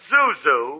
Zuzu